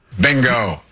Bingo